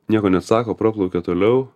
nieko nesako praplaukia toliau